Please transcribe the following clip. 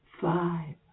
five